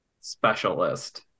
specialist